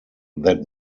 that